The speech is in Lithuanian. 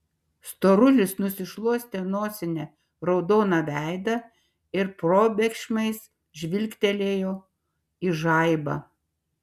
storulis nusišluostė nosine raudoną veidą ir probėgšmais žvilgtelėjo į žaibą